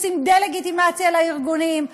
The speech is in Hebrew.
עושים דה-לגיטימציה לארגונים.